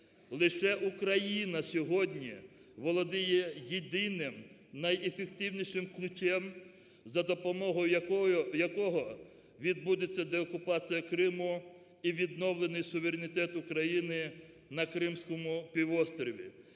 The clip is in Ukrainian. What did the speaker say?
Лише Україна сьогодні володіє єдиним найефективнішим ключем, за допомогою якого відбудеться деокупація Криму і відновлений суверенітет України на Кримському півострові.